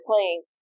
playing